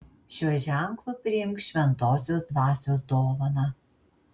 šiuo ženklu priimk šventosios dvasios dovaną